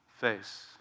face